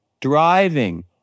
driving